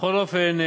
בכל אופן,